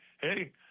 hey